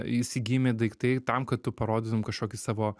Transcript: įsigyjami daiktai tam kad tu parodytum kažkokį savo